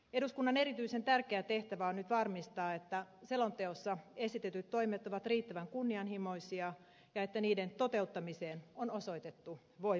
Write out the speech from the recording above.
eduskunnan erityisen tärkeä tehtävä on nyt varmistaa että selonteossa esitetyt toimet ovat riittävän kunnianhimoisia ja että niiden toteuttamiseen on osoitettu voimavarat